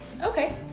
Okay